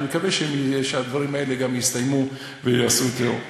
אני מקווה שהדברים האלה גם יסתיימו וייעשו יותר.